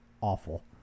awful